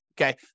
okay